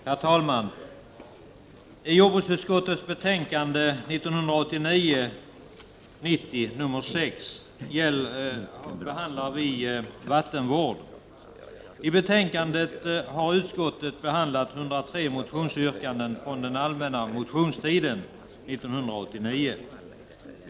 Herr talman! Jordbruksutskottets betänkande 1989/90:6 gäller vattenvård. I betänkandet behandlar utskottet 103 motionsyrkanden från allmänna motionstiden 1989.